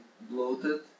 bloated